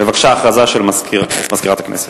בבקשה, הודעה למזכירת הכנסת.